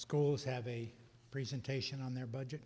schools have a presentation on their budget